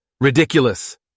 Ridiculous